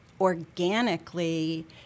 organically